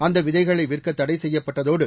அந்த விதைகளை விற்க தடை செய்யப்பட்டதோடு